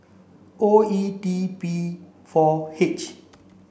O E T B four H